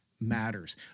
matters